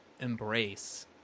embrace